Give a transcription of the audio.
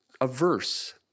averse